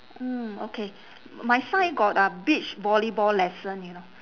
mm okay my sign got a beach volleyball lesson you know